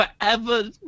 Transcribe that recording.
forever